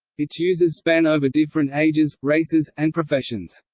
its users span over different ages, races, and professions.